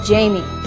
Jamie